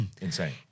insane